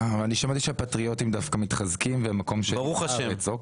ואני שמעתי שהפטריוטים דווקא מתחזקים והם מקום שני בארץ.